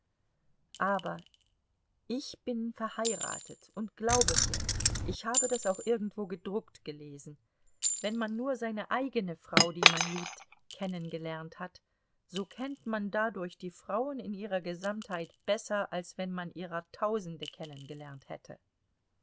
aber ich bin verheiratet und glaube mir ich habe das auch irgendwo gedruckt gelesen wenn man nur seine eigene frau die man liebt kennengelernt hat so kennt man dadurch die frauen in ihrer gesamtheit besser als wenn man ihrer tausende kennengelernt hätte